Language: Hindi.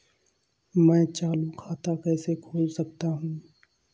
मैं चालू खाता कैसे खोल सकता हूँ?